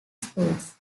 states